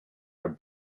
are